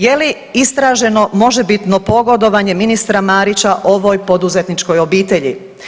Je li istraženo možebitno pogodovanje ministra Marića ovoj poduzetničkoj obitelji?